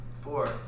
Four